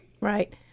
Right